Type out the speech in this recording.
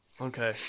Okay